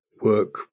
work